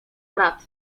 brat